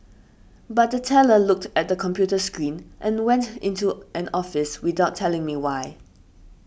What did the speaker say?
but the teller looked at the computer screen and went into an office without telling me why